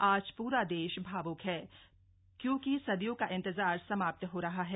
आज पूरा देश भावुक है क्योंकि सदियों का इंतजार समाप्त हो रहा है